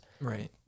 Right